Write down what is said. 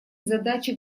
задачи